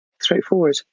straightforward